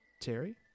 Terry